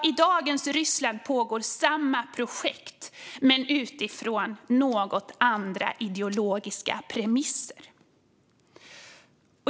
I dagens Ryssland pågår samma projekt men utifrån något andra ideologiska premisser.